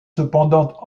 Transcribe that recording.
cependant